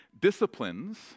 Disciplines